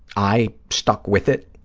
i stuck with it,